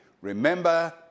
remember